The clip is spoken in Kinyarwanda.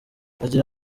agira